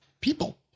people